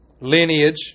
lineage